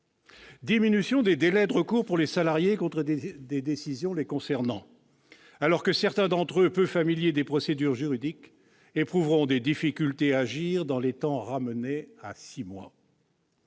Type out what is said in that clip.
six mois des délais de recours pour les salariés contre des décisions les concernant, certains d'entre eux, peu familiers des procédures juridiques, éprouveront des difficultés à agir dans les temps. La présomption